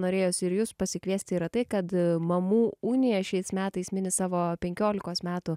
norėjosi ir jus pasikviesti yra tai kad mamų unija šiais metais mini savo penkiolikos metų